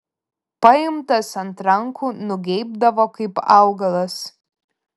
paimtas ant rankų nugeibdavo kaip augalas